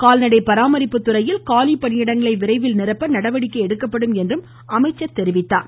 கால்நடை பராமரிப்புத்துறையில் காலிப் பணியிடங்களை விரைவில் நிரப்ப நடவடிக்கை எடுக்கப்படும் என்றார்